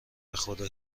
بخدا